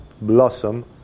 blossom